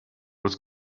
was